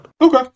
Okay